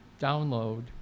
download